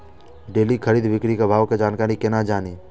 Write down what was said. Daily खरीद बिक्री के भाव के जानकारी केना जानी?